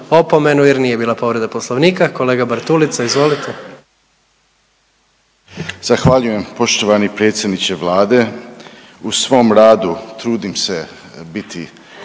opomenu jer nije bila povreda poslovnika. Kolega Bartulica izvolite. **Bartulica, Stephen Nikola (DP)** Zahvaljujem. Poštovani predsjedniče Vlade. U svom radu trudim se biti